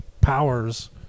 powers